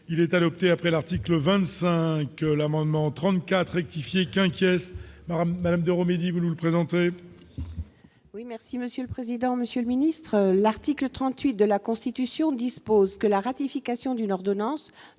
il est adoptée après l'article 25 l'amendement 34 rectifier qu'inquiète même de remédier vous le présenter. Oui, merci Monsieur le président, Monsieur le Ministre, l'article 38 de la Constitution dispose que la ratification d'une ordonnance